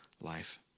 life